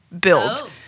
build